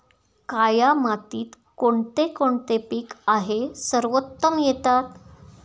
काया मातीत कोणते कोणते पीक आहे सर्वोत्तम येतात?